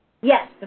Yes